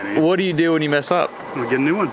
what do you do when you mess up? we get